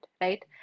right